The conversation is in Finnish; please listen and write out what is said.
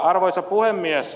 arvoisa puhemies